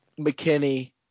McKinney